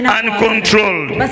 uncontrolled